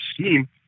scheme